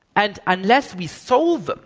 and unless we solve them,